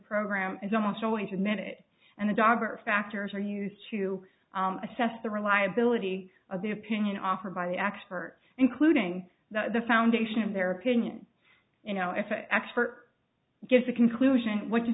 program is almost always a minute and the dog or factors are used to assess the reliability of the opinion offered by experts including the foundation of their opinion you know if an expert gives a conclusion wh